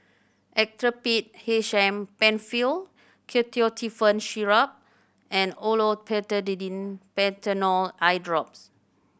Actrapid H M Penfill Ketotifen Syrup and Olopatadine Patanol Eyedrops